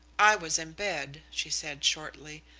i was in bed, she said shortly.